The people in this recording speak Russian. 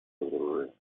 разоружению